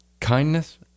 kindness